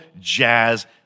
jazz